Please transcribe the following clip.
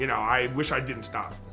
and i wish i didn't stop.